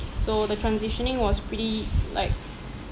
so the transitioning was pretty like